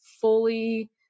fully